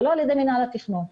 ולא על ידימינהל התכנון.